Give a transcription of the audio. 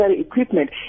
equipment